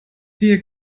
wir